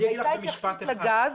הייתה התייחסות לגז.